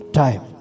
time